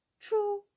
true